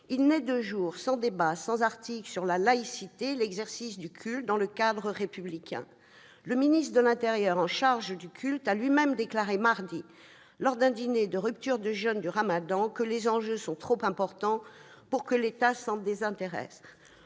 Il n'est de jour sans débat ou article sur la laïcité et l'exercice du culte dans un cadre républicain. Le ministre de l'intérieur, qui est chargé des cultes, a lui-même déclaré mardi, lors d'un dîner de rupture du jeûne du ramadan, que les enjeux sont trop importants pour que l'État s'en désintéresse.